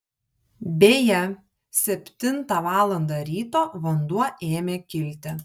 beje septintą valandą ryto vanduo ėmė kilti